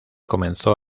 comenzó